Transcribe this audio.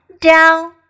down